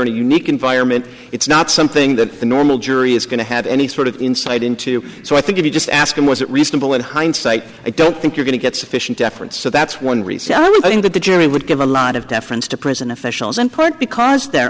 a unique environment it's not something that the normal jury is going to have any sort of insight into so i think if you just ask them was it reasonable in hindsight i don't think you're going to get sufficient deference so that's one reason only i think that the jury would give a lot of deference to prison officials in part because they're